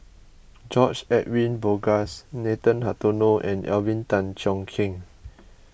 George Edwin Bogaars Nathan Hartono and Alvin Tan Cheong Kheng